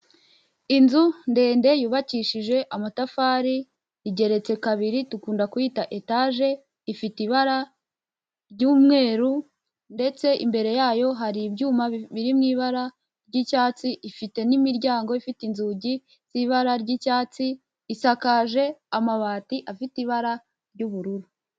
Inzu ndende yubakishije amatafari ,igeretse kabiri dukunda kuyita etaje ifite ibara ry'umweru, ndetse imbere yayo hari ibyuma biri mu ibara ry'icyatsi ,ifite n'imiryango ifite inzugi z'ibara ry'icyatsi, isakaje na amabati afite ibara ry'ubururu.